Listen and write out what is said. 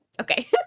Okay